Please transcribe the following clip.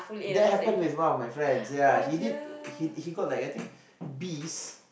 that happen with one of my friends yeah he did he he got like I think Bs